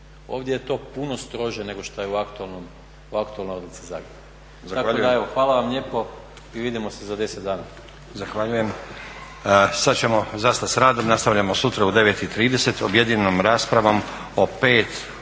Ovdje je to puno strože nego što je to u aktualnoj odluci Zagreba. Tako da evo hvala vam lijepo i vidimo se za 10 dana.